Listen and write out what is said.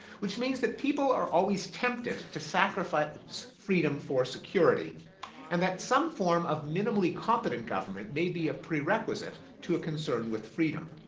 which means that people are always tempted to sacrifice freedom for security and that some form of a minimally competent government may be a prerequisite to a concern with freedom.